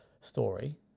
story